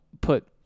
put